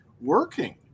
working